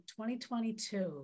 2022